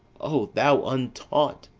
o thou untaught!